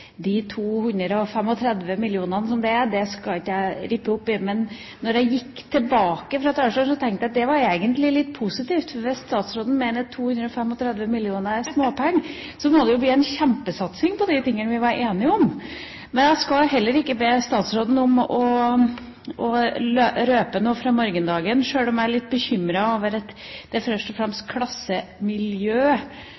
som det vil si, skal jeg ikke rippe opp i. Men da jeg gikk fra talerstolen, tenkte jeg at det egentlig var litt positivt, for hvis statsråden mener at 235 mill. kr er småpenger, må det jo bli en kjempesatsing på de tingene vi var enige om. Jeg skal heller ikke be statsråden om å røpe noe om morgendagen, sjøl om jeg er litt bekymret over at det først og fremst